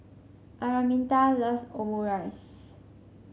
Araminta loves Omurice